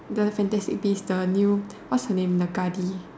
the fantastic beast the new what's her name the Nagini